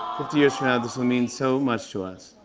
fifty years from now, this will mean so much to us.